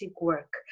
work